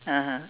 (uh huh)